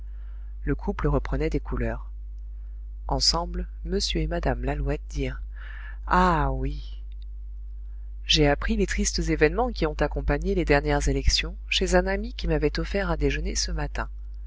le couple reprenait des couleurs ensemble m et mme lalouette dirent ah oui j'ai appris les tristes événements qui ont accompagné les dernières élections chez un ami qui m'avait offert à déjeuner ce matin